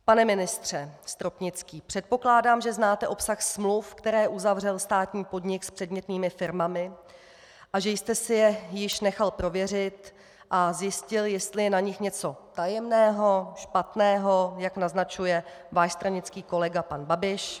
Pane ministře Stropnický, předpokládám, že znáte obsah smluv, které uzavřel státní podnik s předmětnými firmami, a že jste si je již nechal prověřit a zjistil, jestli je nich něco tajemného, špatného, jak naznačuje váš stranický kolega pan Babiš.